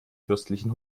fürstlichen